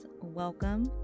welcome